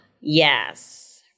Yes